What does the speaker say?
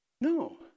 No